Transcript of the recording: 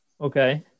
Okay